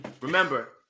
Remember